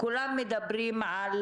כולם מעלים את